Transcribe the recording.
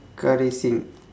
car racing